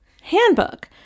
handbook